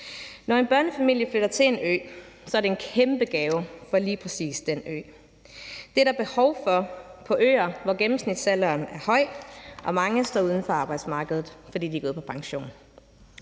Når en børnefamilie flytter til en ø, at det en kæmpe gave for lige præcis den ø. Det er der behov for på øer, hvor gennemsnitsalderen er høj og mange står uden for arbejdsmarkedet, fordi de er gået på pension.